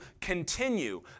continue